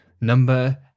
number